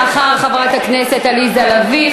אחרי חברת הכנסת עליזה לביא,